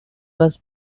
class